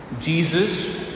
Jesus